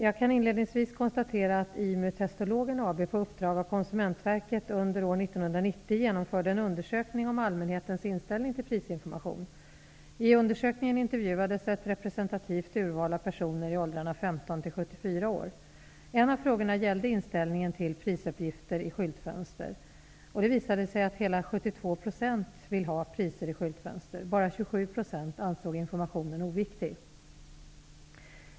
Jag kan inledningsvis konstatera att IMU En av frågorna gällde inställningen till prisuppgifter i skyltfönster. Det visade sig att hela 72 % vill ha priser i skyltfönster. Bara 27 % ansåg informationen oviktig.